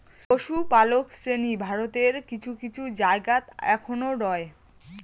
পশুপালক শ্রেণী ভারতের কিছু কিছু জায়গাত অখনও রয়